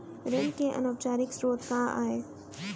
ऋण के अनौपचारिक स्रोत का आय?